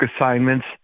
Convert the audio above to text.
assignments